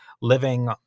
living